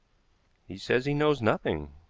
he says he knows nothing.